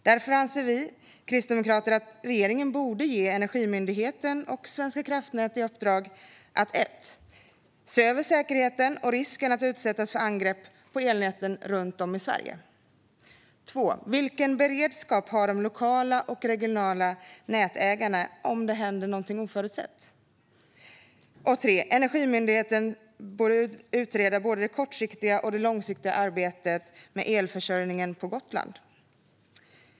Därför anser vi kristdemokrater att regeringen borde ge Energimyndigheten och Svenska kraftnät i uppdrag att se över säkerheten och risken för att elnäten runt om i Sverige utsätts för angrepp samt titta på vilken beredskap de lokala och regionala nätägarna har om det händer någonting oförutsett. Dessutom borde Energimyndigheten utreda både det kortsiktiga och det långsiktiga arbetet med elförsörjningen på Gotland.